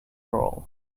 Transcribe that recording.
roll